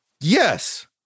Yes